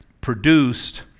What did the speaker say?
produced